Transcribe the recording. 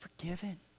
forgiven